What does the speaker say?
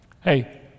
Hey